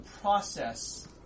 process